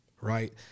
right